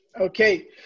okay